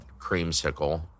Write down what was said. creamsicle